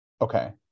Okay